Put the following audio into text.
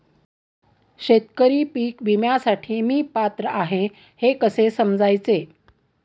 शेतकरी पीक विम्यासाठी मी पात्र आहे हे कसे समजायचे?